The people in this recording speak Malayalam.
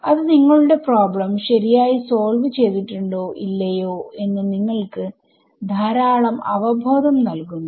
അത് നിങ്ങളുടെ പ്രോബ്ലംശരിയായി സോൾവ് ചെയ്തിട്ടുണ്ടോ ഇല്ലയോ എന്ന് നിങ്ങൾക്ക് ധാരാളം അവബോധം നൽകുന്നു